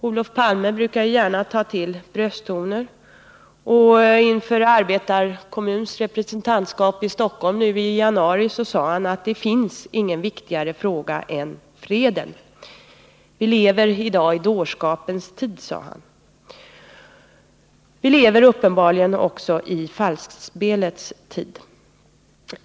Olof Palme brukar gärna ta till brösttoner, och inför arbetarkommunens representantskap i Stockholm nu i januari sade han att det finns ingen viktigare fråga än freden. Vi lever i dag i dårskapens tid, sade han. Vi lever uppenbarligen också i falskspelets tid.